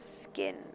skin